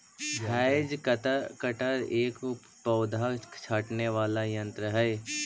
hedge cutter एक पौधा छाँटने वाला यन्त्र ही